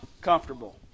Comfortable